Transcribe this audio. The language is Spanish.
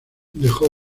dejó